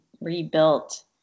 rebuilt